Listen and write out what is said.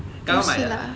刚刚买的啊